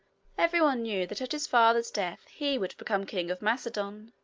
every one knew that at his father's death he would become king of macedon,